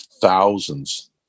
thousands